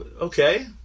Okay